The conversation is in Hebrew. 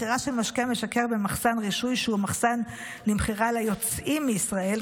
מכירה של משקה משכר במחסן רישוי שהוא מחסן למכירה ליוצאים מישראל,